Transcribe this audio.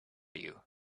you